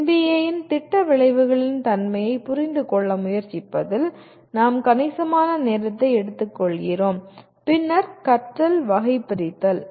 NBA இன் திட்ட விளைவுகளின் தன்மையைப் புரிந்துகொள்ள முயற்சிப்பதில் நாம் கணிசமான நேரத்தை எடுத்துக்கொள்கிறோம் பின்னர் கற்றல் வகைபிரித்தல்